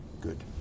Good